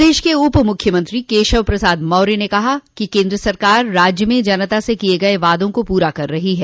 प्रदेश के उप मुख्यमंत्री केशव प्रसाद मौर्य ने कहा कि केन्द्र सरकार राज्य में जनता से किये गये वादों को पूरा कर रही है